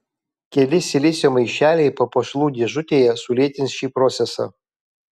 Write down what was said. keli silicio maišeliai papuošalų dėžutėje sulėtins šį procesą